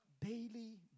daily